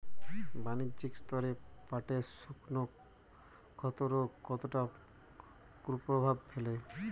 বাণিজ্যিক স্তরে পাটের শুকনো ক্ষতরোগ কতটা কুপ্রভাব ফেলে?